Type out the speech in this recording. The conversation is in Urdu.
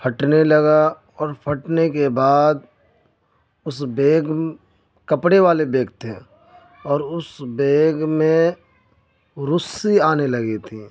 پھٹنے لگا اور پھٹنے کے بعد اس بیگ کپڑے والے بیگ تھے اور اس بیگ میں رسی آنے لگی تھیں